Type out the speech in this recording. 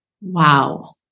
Wow